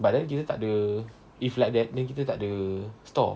but then kita tak ada if like that then kita tak ada store